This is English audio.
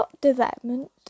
development